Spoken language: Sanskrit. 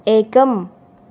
एकम्